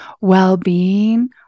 well-being